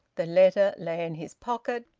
the letter lay in his pocket,